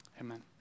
Amen